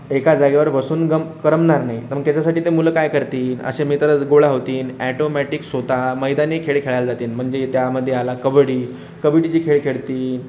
एका जागेवर बसून गप करमणार नाही तर मग त्याच्यासाठी तर मुलं काय करतील असे मित्र गोळा होतील ऑटोमॅटिक स्वतः मैदानी खेळ खेळायला जातील म्हणजे त्यामध्ये आला कबड्डी कबड्डीचे खेळ खेळतील